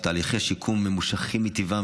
תהליכי שיקום הם ממושכים מטבעם,